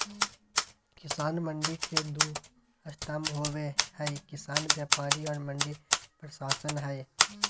किसान मंडी के दू स्तम्भ होबे हइ किसान व्यापारी और मंडी प्रशासन हइ